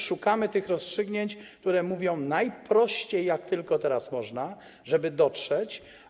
Szukamy rozstrzygnięć, które mówią najprościej, jak tylko teraz można, żeby dotrzeć.